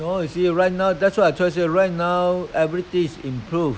hor you see right now that's why I try to say right now everything is improved